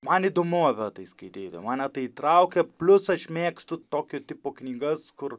man įdomu tai skaityti mane tai įtraukia plius aš mėgstu tokio tipo knygas kur